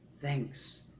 thanks